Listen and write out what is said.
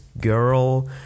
girl